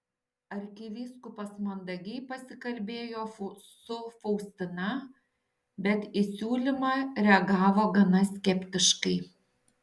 arkivyskupas mandagiai pasikalbėjo su faustina bet į siūlymą reagavo gana skeptiškai